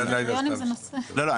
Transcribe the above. זה נושא --- לא לא,